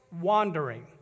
wandering